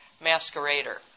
masquerader